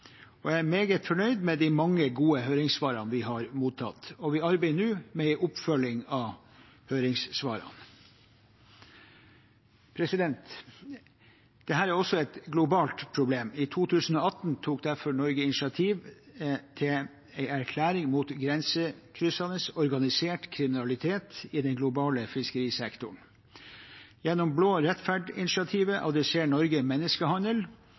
og jeg er meget fornøyd med de mange gode høringssvarene vi har mottatt. Vi arbeider nå med en oppfølging av høringssvarene. Dette er også et globalt problem. I 2018 tok derfor Norge initiativ til en erklæring mot grensekryssende organisert kriminalitet i den globale fiskerisektoren. Gjennom Blå rettferd-initiativet adresserer Norge menneskehandel